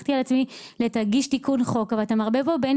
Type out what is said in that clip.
לקחתי על עצמי להגיש תיקון חוק אבל אתה מערבב כאן בין